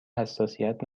حساسیت